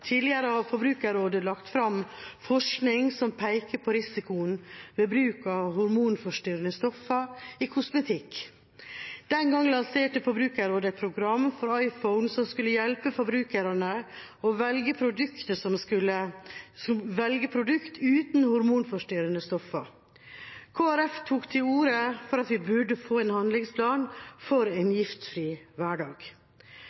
Tidligere har Forbrukerrådet lagt fram forskning som peker på risikoen ved bruk av hormonforstyrrende stoffer i kosmetikk. Den gang lanserte Forbrukerrådet et program for iPhone som skulle hjelpe forbrukerne til å velge produkter uten hormonforstyrrende stoffer. Kristelig Folkeparti tok til orde for at vi burde få en handlingsplan for en giftfri hverdag.